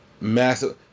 Massive